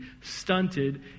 stunted